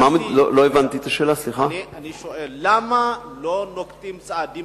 אני שואל: למה לא נוקטים צעדים